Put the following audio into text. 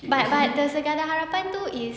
but but the sekadar harapan too is